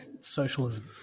socialism